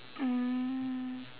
um